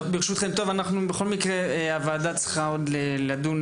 טוב, בכל מקרה הוועדה צריכה עוד לדון